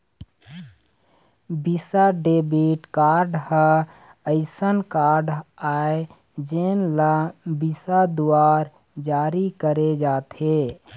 Visa debit card ह असइन card आय जेन ल विसा दुवारा जारी करे जाथे